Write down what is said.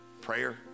prayer